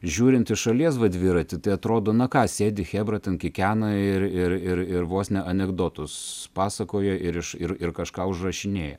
žiūrint iš šalies vat dviratį tai atrodo na ką sėdi chebra ten kikena ir ir ir ir vos ne anekdotus pasakoja ir iš ir ir kažką užrašinėja